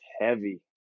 heavy